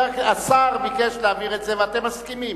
השר ביקש להעביר את זה, ואתם מסכימים.